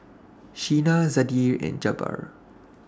Sheena Zadie and Jabbar